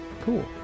Cool